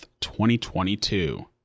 2022